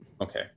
Okay